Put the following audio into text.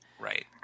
Right